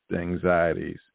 anxieties